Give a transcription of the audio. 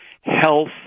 health